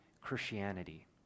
Christianity